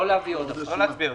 לא להצבעה.